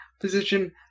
position